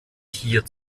hier